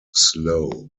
slow